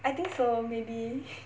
I think so maybe